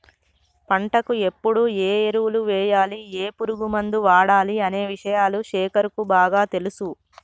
పంటకు ఎప్పుడు ఏ ఎరువులు వేయాలి ఏ పురుగు మందు వాడాలి అనే విషయాలు శేఖర్ కు బాగా తెలుసు